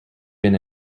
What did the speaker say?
been